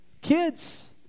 Kids